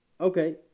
Okay